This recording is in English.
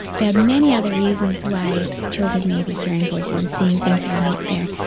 there are many other reasons why children may be hearing voices and seeing things that are not there.